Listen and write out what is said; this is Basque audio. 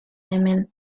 hemen